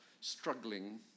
struggling